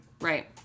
right